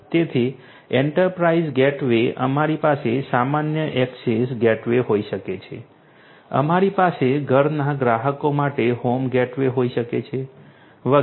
તેથી enterprise gateway અમારી પાસે સામાન્ય ઍક્સેસ ગેટવે હોઈ શકે છે અમારી પાસે ઘરના ગ્રાહકો માટે હોમ ગેટવે હોઈ શકે છે વગેરે